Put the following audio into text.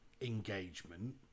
engagement